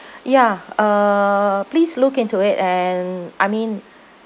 ya uh please look into it and I mean